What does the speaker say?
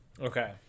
Okay